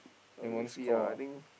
score ah